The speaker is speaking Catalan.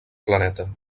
planeta